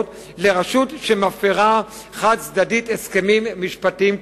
לרשות שמפירה חד-צדדית הסכמים משפטיים כתובים.